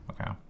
okay